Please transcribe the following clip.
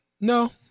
no